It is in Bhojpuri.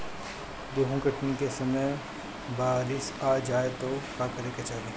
गेहुँ कटनी के समय बारीस आ जाए तो का करे के चाही?